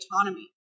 autonomy